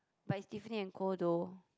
but it's Tiffany and Co though